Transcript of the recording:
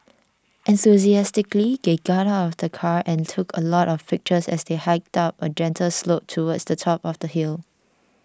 enthusiastically they got out of the car and took a lot of pictures as they hiked up a gentle slope towards the top of the hill